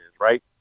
right